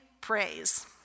praise